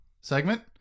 segment